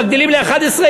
מגדילים ל-11,